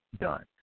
done